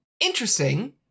interesting